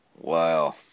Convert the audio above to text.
Wow